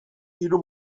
hiru